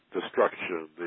destruction